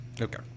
Okay